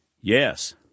yes